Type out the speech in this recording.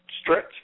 stretch